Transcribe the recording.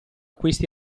questi